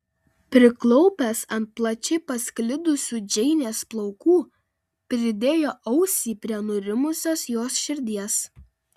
priklaupęs ant plačiai pasklidusių džeinės plaukų pridėjo ausį prie nurimusios jos širdies